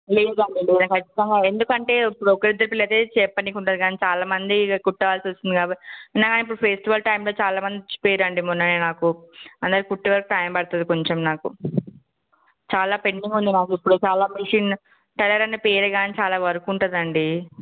లేదండి నేను ఖచ్చితంగా ఎందుకంటే ఇప్పుడు ఒక ఇద్దరు పిల్లలయితే చెప్పనికే ఉంటది చాలా మంది కుట్టవలసి వస్తుంది కాబట్టి అయినా కానీ ఇప్పుడు ఫెస్టివల్ టైంలో చాలా మంది ఇచ్చిపోయారండి మొన్ననే నాకు అంతవరకు కుట్టేవరకు టైం పడుతుంది కొంచెం నాకు చాలా పెండింగ్ ఉంది నాకు ఇప్పుడే చాలా మెషిన్ టైలర్ అన్న పేరే కానీ చాలా వర్క్ ఉంటుందండి